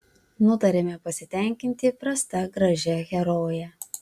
nutarėme pasitenkinti įprasta gražia heroje